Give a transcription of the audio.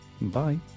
Bye